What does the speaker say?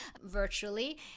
virtually